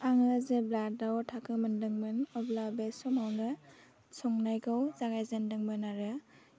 आङो जेब्ला द' थाखो मोनदोंमोन अब्ला बे समावनो संनायखौ जागायजेनदोंमोन आरो